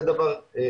זה דבר ראשון.